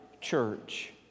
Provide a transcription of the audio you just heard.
church